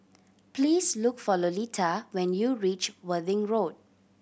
please look for Lolita when you reach Worthing Road